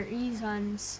reasons